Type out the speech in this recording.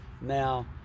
now